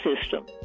system